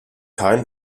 kein